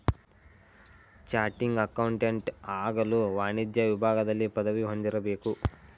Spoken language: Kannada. ಚಾಟಿಂಗ್ ಅಕೌಂಟೆಂಟ್ ಆಗಲು ವಾಣಿಜ್ಯ ವಿಭಾಗದಲ್ಲಿ ಪದವಿ ಹೊಂದಿರಬೇಕು